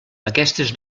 aquestes